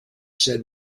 said